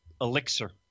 elixir